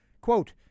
quote